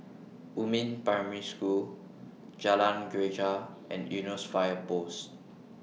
Yumin Primary School Jalan Greja and Eunos Fire Post